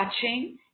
touching